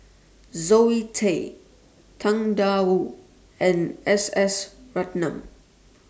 Zoe Tay Tang DA Wu and S S Ratnam